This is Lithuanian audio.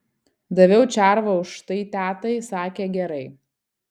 daviau červą aš tai tetai sakė gerai